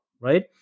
right